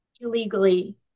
illegally